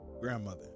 grandmother